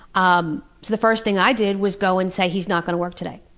um the first thing i did was go and say, he's not going to work today.